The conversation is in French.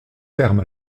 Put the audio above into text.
terme